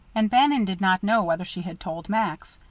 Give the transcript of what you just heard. and bannon did not know whether she had told max.